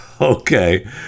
Okay